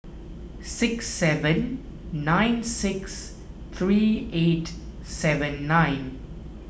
six seven nine six three eight seven nine